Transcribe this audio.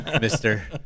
mister